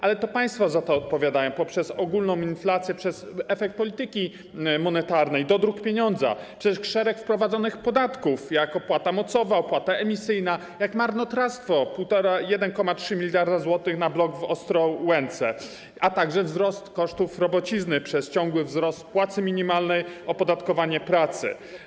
Ale to państwo za to odpowiadają poprzez ogólną inflację, przez efekt polityki monetarnej, dodruk pieniądza, przez szereg wprowadzonych podatków, jak opłata mocowa, opłata emisyjna, jak marnotrawstwo 1,3 mld zł na blok w Ostrołęce, a także wzrost kosztów robocizny przez ciągły wzrost płacy minimalnej, opodatkowanie pracy.